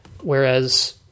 Whereas